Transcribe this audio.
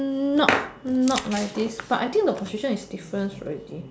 not not like this but I think the position is different already